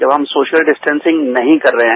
जब हम social distancing नहीं कर रहे हैं